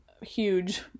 huge